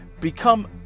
Become